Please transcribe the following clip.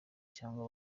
cyangwa